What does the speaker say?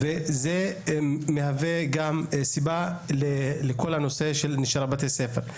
גם זה מהווה גורם לנשירה מבתי ספר.